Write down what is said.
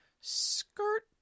skirt